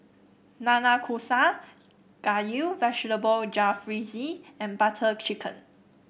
Nanakusa Gayu Vegetable Jalfrezi and Butter Chicken